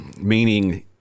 meaning